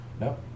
No